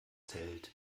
zelt